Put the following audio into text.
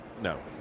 No